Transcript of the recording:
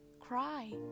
cry